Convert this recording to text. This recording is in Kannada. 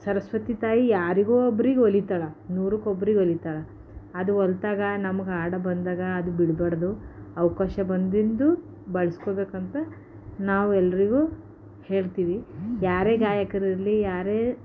ಸರಸ್ವತಿ ತಾಯಿ ಯಾರಿಗೋ ಒಬ್ರಿಗೆ ಒಲಿತಾಳೆ ನೂರಕ್ಕೆ ಒಬ್ರಿಗೆ ಒಲಿತಾಳೆ ಅದು ಒಲಿದಾಗ ನಮ್ಗೆ ಹಾಡು ಬಂದಾಗ ಬಿಡಬಾರ್ದು ಅವಕಾಶ ಬಂದಿಂದ್ದು ಬಳಸ್ಕೋಬೇಕಂತ ನಾವು ಎಲ್ಲರಿಗೂ ಹೇಳ್ತೀವಿ ಯಾರೇ ಗಾಯಕರಿರಲಿ ಯಾರೇ